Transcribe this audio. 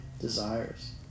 desires